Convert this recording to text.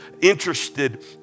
interested